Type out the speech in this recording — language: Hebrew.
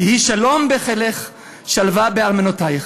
יהי שלום בחילך, שלוה בארמנותיך.